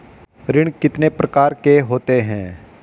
ऋण कितने प्रकार के होते हैं?